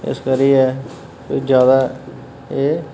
इस करियै कोई जैदा एह्